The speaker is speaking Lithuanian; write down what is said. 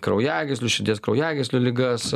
kraujagyslių širdies kraujagyslių ligas